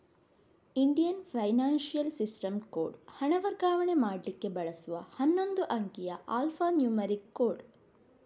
Indian financial system code ಹಣ ವರ್ಗಾವಣೆ ಮಾಡ್ಲಿಕ್ಕೆ ಬಳಸುವ ಹನ್ನೊಂದು ಅಂಕಿಯ ಆಲ್ಫಾ ನ್ಯೂಮರಿಕ್ ಕೋಡ್